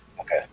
Okay